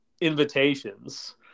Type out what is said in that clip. invitations